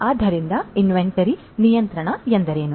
ಆದ್ದರಿಂದ ಇನ್ವೆಂಟರಿನು ನಿಯಂತ್ರಣ ಎಂದರೇನು